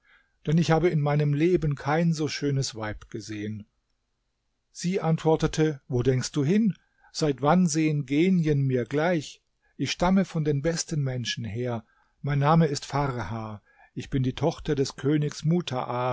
denn ich habe in meinem leben kein so schönes weib gesehen sie antwortete wo denkst du hin seit wann sehen genien mir gleich ich stamme von den besten menschen her mein name ist farha ich bin die tochter des königs mutaa